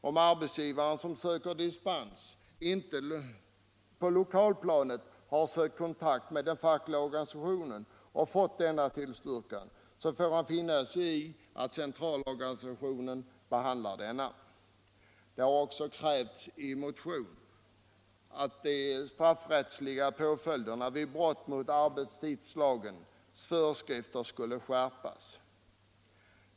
Om arbetsgivare som söker dispens inte på lokalplanet har sökt kontakt med den fackliga organisationen och fått denna tillstyrkan, så får han finna sig i att centralorganisationen behandlar ärendet. Det har också krävts i motion att den straffrättsliga påföljden vid brott mot arbetstidslagens föreskrifter skulle skärpas.